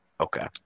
okay